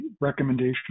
recommendation